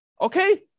Okay